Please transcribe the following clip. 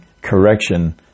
correction